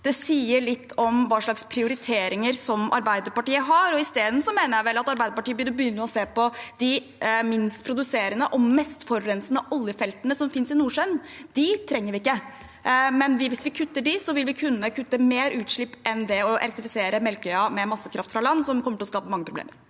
Det sier litt om hva slags prioriteringer Arbeiderpartiet har. Isteden mener jeg vel at Arbeiderpartiet burde begynne å se på de minst produserende og mest forurensende oljefeltene som finnes i Nordsjøen. Dem trenger vi ikke, og hvis vi kutter dem, vil vi kunne kutte mer utslipp enn ved å elektrifisere Melkøya med masse kraft fra land, noe som kommer til å skape mange problemer.